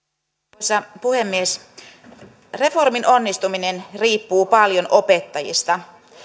arvoisa puhemies reformin onnistuminen riippuu paljon opettajista